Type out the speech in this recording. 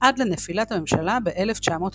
עד לנפילת הממשלה ב-1922.